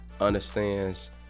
understands